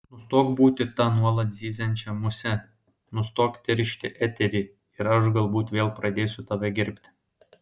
nustok būti ta nuolat zyziančia muse nustok teršti eterį ir aš galbūt vėl pradėsiu tave gerbti